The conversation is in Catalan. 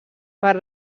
per